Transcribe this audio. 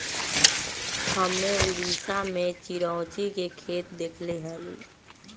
हम्मे उड़ीसा में चिरौंजी के खेत देखले हली